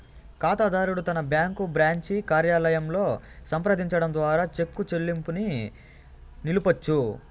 కాతాదారుడు తన bank branch కార్యాలయంలో సంప్రదించడం ద్వారా చెక్కు చెల్లింపుని నిలపొచ్చు